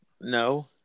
No